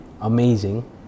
amazing